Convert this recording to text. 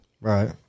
Right